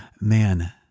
Man